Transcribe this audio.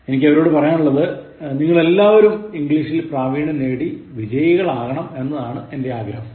എനിക്ക് അവരോടു പറയാൻ ഉള്ളത് നിങ്ങൾ എല്ലാവരും ഇംഗ്ലീഷിൽ പ്രവീണ്യം നേടി വിജയികളാകണം എന്നതാണ് എന്റെ ആഗ്രഹം